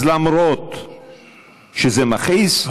אז למרות שזה מכעיס,